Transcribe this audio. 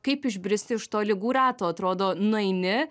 kaip išbristi iš to ligų rato atrodo nueini